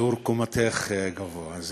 אבל שיעור קומתך גבוה,